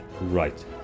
right